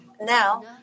now